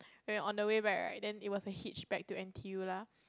we were on the way back right then it was a hitch back to N_T_U lah